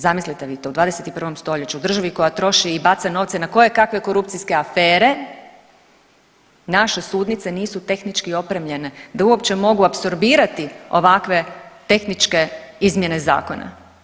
Zamislite vi to u 21. stoljeću u državi koja troši i baca novce na koje kakve korupcijske afere, naše sudnice nisu tehnički opremljene da uopće mogu apsorbirati ovakve tehničke izmjene zakona.